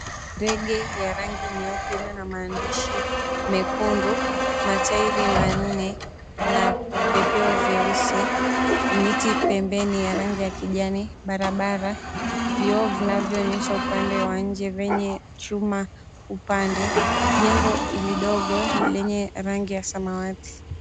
Ndege ya rangi nyeupe iliyo na maandishi mekundu, matairi manne na vipepeo vieusi. Miti pembeni ya rangi ya kijani, barabara, vioo vinavyoonyesha upande wa inje vyenye chuma upande, jengo lidogo lenye rangi ya samawati.